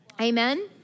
Amen